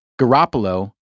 Garoppolo